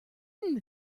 raining